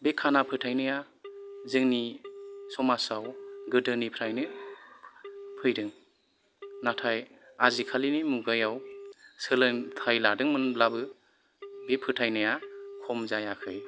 बे खाना फोथायनाया जोंनि समाजाव गोदो निफ्रायनो फैदों नाथाय आजिखालिनि मुगायाव सोलोंथाइ लादोंमोनब्लाबो बे फोथायनाया खम जायाखै